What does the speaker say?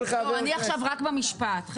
אני עכשיו רק במשפט.